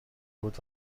بود